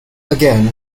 again